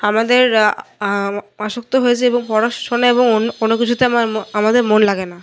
আমাদের আসক্ত হয়ে যাই এবং পড়াশোনা এবং অন্য কোনো কিছুতে আমার আমাদের মন লাগে না